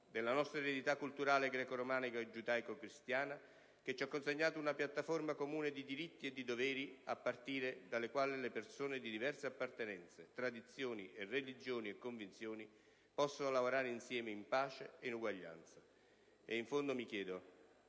della nostra eredità culturale greco-romana e giudaico-cristiana che ci ha consegnato una piattaforma comune di diritti e di doveri a partire dalla quale persone di diverse appartenenze, tradizioni, religioni e convinzioni possono lavorare insieme in pace ed uguaglianza. E in fondo mi chiedo